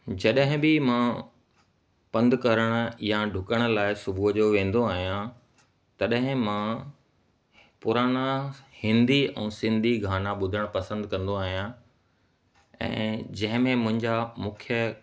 जॾहिं बि मां पंधु करणु या डुकण लाइ सुबुह जो वेंदो आहियां तॾहिं मां पुराणा हिंदी ऐं सिंधी गाना ॿुधणु पसंदि कंदो आहियां ऐं जंहिंमें मुंहिंजा मुख्य